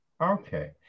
Okay